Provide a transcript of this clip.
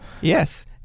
Yes